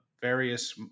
various